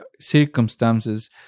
circumstances